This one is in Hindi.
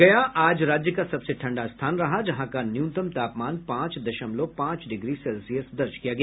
गया आज राज्य का सबसे ठंडा स्थान रहा जहां का न्यूनतम तापमान पांच दशमलव पांच डिग्री सेल्सियस दर्ज किया गया